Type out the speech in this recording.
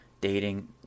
dating